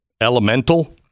Elemental